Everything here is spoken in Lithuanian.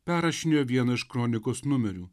perrašinėjo vieną iš kronikos numerių